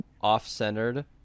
off-centered